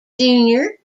junior